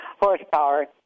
horsepower